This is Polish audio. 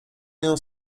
nią